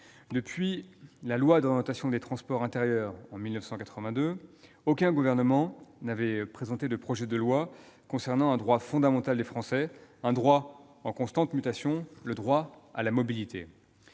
Depuis la loi d'orientation des transports intérieurs de 1982, aucun gouvernement n'avait présenté de projet de loi concernant un droit fondamental des Français, un droit en constante mutation : le droit à la mobilité.